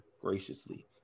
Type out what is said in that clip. graciously